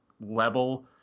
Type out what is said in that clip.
level